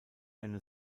eine